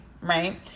right